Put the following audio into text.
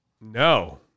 No